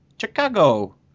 Chicago